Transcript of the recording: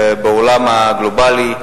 בעולם הגלובלי,